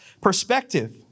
perspective